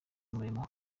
umurimo